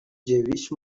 jewish